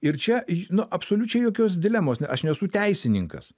ir čia nu absoliučiai jokios dilemos aš nesu teisininkas